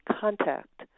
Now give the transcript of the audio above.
contact